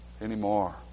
anymore